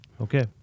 Okay